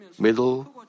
middle